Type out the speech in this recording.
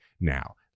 now